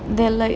there are like